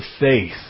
faith